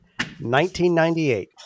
1998